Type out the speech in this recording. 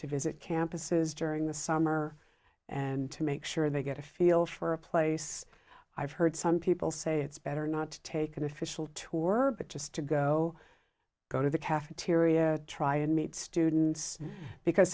to visit campuses during the summer and to make sure they get a feel for a place i've heard some people say it's better not to take an official tour but just to go go to the cafeteria try and meet students because